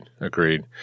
agreed